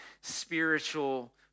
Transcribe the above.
spiritual